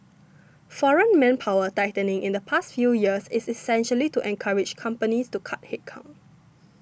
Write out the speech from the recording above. foreign manpower tightening in the past few years is essentially to encourage companies to cut headcount